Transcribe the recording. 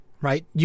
right